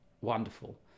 wonderful